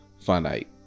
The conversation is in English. finite